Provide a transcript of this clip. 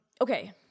Okay